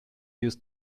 used